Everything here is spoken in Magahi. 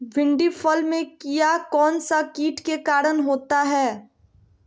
भिंडी फल में किया कौन सा किट के कारण होता है?